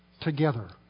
together